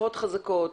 רוחות חזקות,